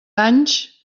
anys